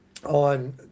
On